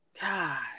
god